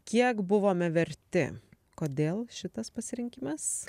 kiek buvome verti kodėl šitas pasirinkimas